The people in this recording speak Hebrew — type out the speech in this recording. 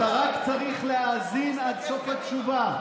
אתה רק צריך להאזין עד סוף התשובה.